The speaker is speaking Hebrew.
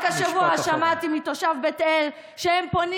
רק השבוע שמעתי מתושב בית אל שהם פונים